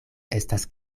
estas